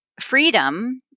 freedom—